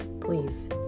please